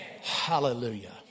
Hallelujah